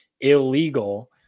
illegal